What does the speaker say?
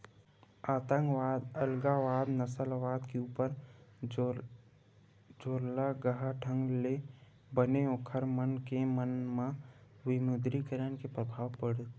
आंतकवाद, अलगावाद, नक्सलवाद के ऊपर जोरलगहा ढंग ले बने ओखर मन के म विमुद्रीकरन के परभाव पड़िस